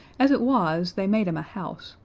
as it was, they made him a house,